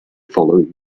following